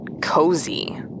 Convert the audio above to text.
cozy